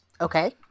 Okay